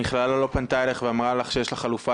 המכללה לא פנתה אלייך ואמרה לך שיש לך חלופה